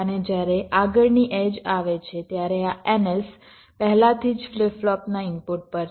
અને જ્યારે આગળની એડ્જ આવે છે ત્યારે આ NS પહેલાથી જ ફ્લિપ ફ્લોપના ઇનપુટ પર છે